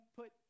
put